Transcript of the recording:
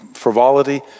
frivolity